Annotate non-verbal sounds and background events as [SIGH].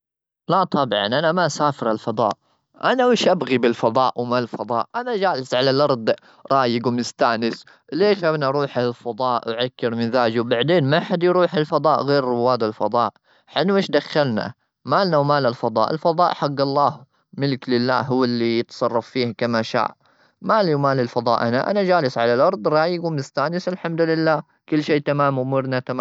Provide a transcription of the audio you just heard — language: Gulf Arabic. لا طبعا، أنا ما أسافر الفضاء. أنا وش أبغي بالفضاء؟ وما الفضاء؟ أنا جالس على الأرض، رايج ومستانس. [NOISE] ليش [NOISE] أنا أروح الفضاء، وأعكر مزاجي؟ وبعدين ما حد يروح الفضاء غير رواد الفضاء. حنا وإيش دخلنا؟ ما لنا ومال الفضاء؟ الفضاء حق الله، ملك لله، هو اللي يتصرف فيه كما شاء. ما لي ومال الفضاء أنا؟ أنا جالس على الأرض، رايج ومستأنس، والحمد لله. كل شيء تمام، أمورنا تمام.